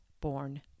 born